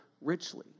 richly